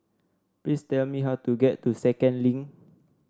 please tell me how to get to Second Link